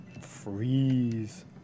Freeze